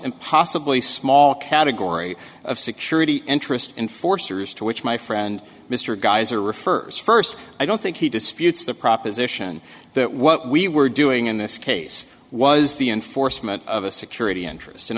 impossibly small category of security interest in forster's to which my friend mr geyser refers first i don't think he disputes the proposition that what we were doing in this case was the enforcement of a security interest in